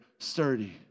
Sturdy